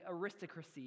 aristocracy